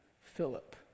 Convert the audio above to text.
Philip